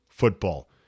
football